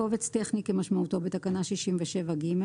קובץ טכני כמשמעותו בתקנה 67(ג);